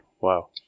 wow